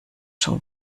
schon